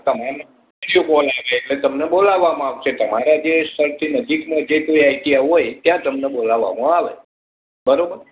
તમને interview call આવે એટલે તમને બોલાવવામાં આવશે તમારા જે સૌથી નજીકનો જે કોઈ આઈ ટી આઈ હોય ત્યાં તમને બોલાવવામાં આવે બરાબર